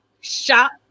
shop